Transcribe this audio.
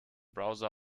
browser